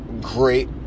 great